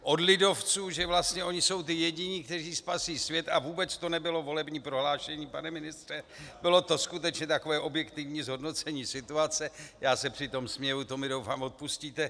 Od lidovců, že oni jsou vlastně ti jediní, kteří spasí svět a vůbec to nebylo volební prohlášení, pane ministře, bylo to skutečně takové objektivní zhodnocení situace já se přitom směju, to mi, doufám, odpustíte.